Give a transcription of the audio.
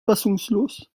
fassungslos